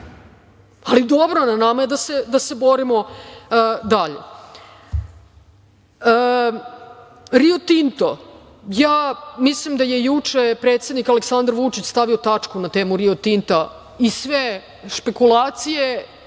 ali, dobro, na nama je da se borimo dalje.„Rio Tinto“, ja mislim da je juče predsednik Aleksandar Vučić stavio tačku na temu „Rio Tinta“ i sve špekulacije,